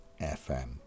FM